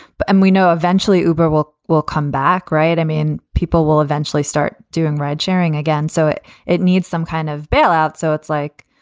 but and we know eventually uber will will come back. right. i mean, people will eventually start doing ride sharing again. so it it needs some kind of bailout. so it's like,